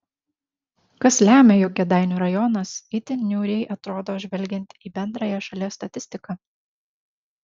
kas lemia jog kėdainių rajonas itin niūriai atrodo žvelgiant į bendrąją šalies statistiką